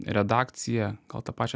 redakciją gal tą pačią